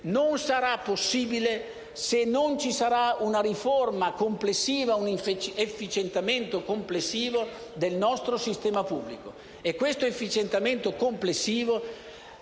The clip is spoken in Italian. non sarà possibile se non ci sarà una riforma e un efficientamento complessivi del nostro sistema pubblico. Questo efficientamento complessivo,